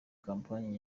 kompanyi